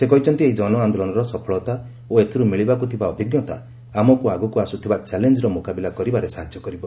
ସେ କହିଛନ୍ତି ଏହି ଜନ ଆନ୍ଦୋଳନର ସଫଳତା ଓ ଏଥିରୁ ମିଳିବାକୁ ଥିବା ଅଭିଜ୍ଞତା ଆମକୁ ଆଗକୁ ଆସ୍ବଥିବା ଚାଲେଞ୍ଜର ମ୍ରକାବିଲା କରିବାରେ ସାହାଯ୍ୟ କରିବ